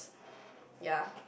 yeah